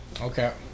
Okay